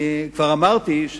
כבר אמרתי,